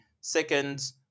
Second